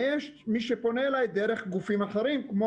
ויש מי שפונה אלי דרך גופים אחרים כמו